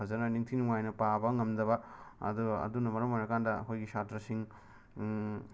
ꯐꯖꯅ ꯅꯤꯡꯊꯤ ꯅꯨꯡꯉꯥꯏꯅ ꯄꯥꯕ ꯉꯝꯗꯕ ꯑꯗꯨꯒ ꯑꯗꯨꯅ ꯃꯔꯝ ꯑꯣꯏꯔꯀꯥꯟꯗ ꯑꯩꯈꯣꯏꯒꯤ ꯁꯥꯇ꯭ꯔꯁꯤꯡ